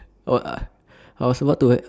[wah] ah I was about to where